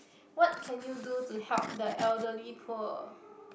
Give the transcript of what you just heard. what can you do to help the elderly poor